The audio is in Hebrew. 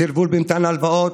סרבול במתן הלוואות,